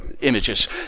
images